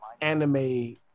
anime